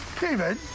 David